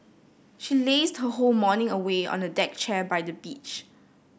she lazed her whole morning away on a deck chair by the beach